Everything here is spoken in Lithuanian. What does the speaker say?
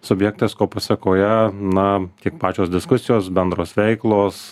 subjektais ko pasakoje na kiek pačios diskusijos bendros veiklos